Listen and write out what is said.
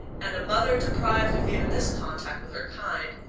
and a mother deprived of even this contact with her kind,